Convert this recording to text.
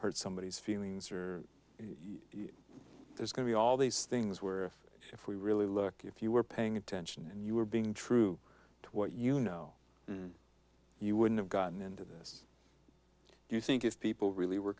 hurt somebody's feelings or there's going to be all these things where if if we really look if you were paying attention and you were being true to what you know you wouldn't have gotten into this you think if people really were